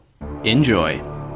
Enjoy